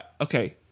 okay